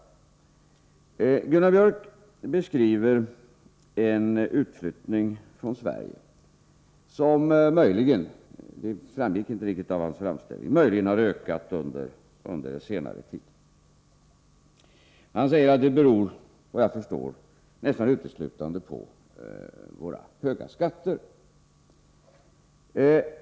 Gunnar Biörck i Värmdö beskriver en form av utflyttning från Sverige, som möjligen — det framgick nämligen inte riktigt av hans framställning — har ökat under senare tid. Han säger, såvitt jag förstår, att det nästan uteslutande beror på våra höga skatter.